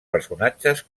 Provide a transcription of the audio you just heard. personatges